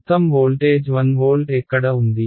మొత్తం voltage 1 volt ఎక్కడ ఉంది